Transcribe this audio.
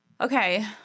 Okay